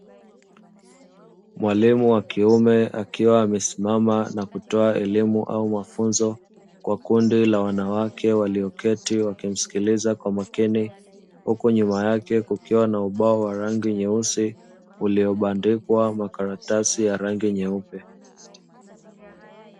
mwalimu wa kiume akiwa amesimama kwa kutoa elimu ama mafunzo kwa kundi la wanawake ,walioketi na kumsikiliza kwa umakini ,huku nyuma yake kukiwa na ubao wa rangi nyeusi ,uliobandikwa kwa karatasi rangi nyeupe .